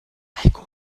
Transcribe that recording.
heiko